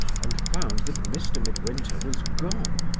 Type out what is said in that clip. and found that mr. midwinter was gone.